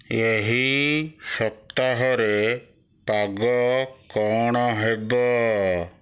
ଏହି ସପ୍ତାହରେ ପାଗ କ'ଣ ହେବ